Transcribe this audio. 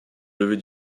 lever